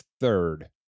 third